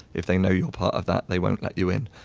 if they know you're part of that they won't let you in,